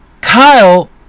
Kyle